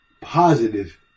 positive